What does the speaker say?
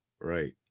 Right